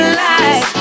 lies